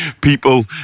people